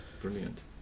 brilliant